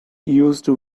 used